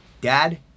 dad